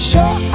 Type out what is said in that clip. Sure